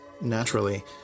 naturally